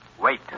Wait